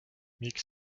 miks